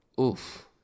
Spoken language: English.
Oof